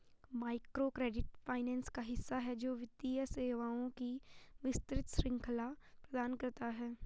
microcredit finance का हिस्सा है, जो वित्तीय सेवाओं की विस्तृत श्रृंखला प्रदान करता है